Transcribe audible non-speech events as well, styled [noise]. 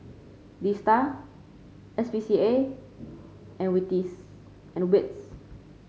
DSTA S P C A and [unintelligible] and WITS